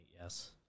yes